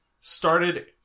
started